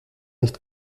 nicht